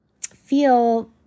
feel